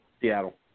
Seattle